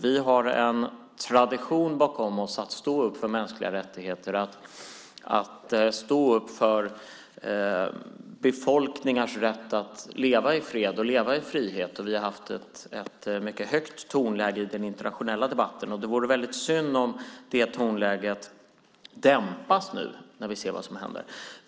Vi har en tradition bakom oss att stå upp för mänskliga rättigheter och att stå upp för befolkningars rätt att leva i fred och i frihet, och vi har haft ett mycket högt tonläge i den internationella debatten. Det vore väldigt synd om det tonläget dämpas nu när vi ser vad som händer.